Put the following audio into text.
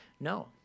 No